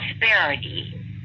prosperity